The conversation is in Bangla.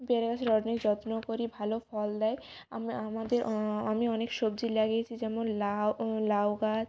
পেয়ারা গাছের অনেক যত্ন করি ভালো ফল দেয় আমাদের আমি অনেক সবজি লাগিয়েছি যেমন লাউ লাউ গাছ